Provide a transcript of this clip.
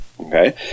Okay